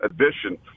edition